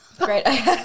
Great